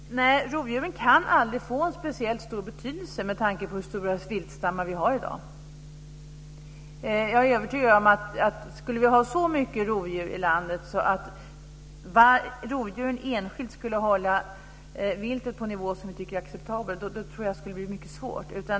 Fru talman! Nej, rovdjuren kan aldrig få en speciellt stor betydelse med tanke på hur stora viltstammar vi har i dag. Jag är övertygad om att skulle vi få så mycket rovdjur i landet att rovdjuren enskilt skulle hålla viltet på en nivå som är acceptabel, då tror jag att det skulle bli mycket svårt.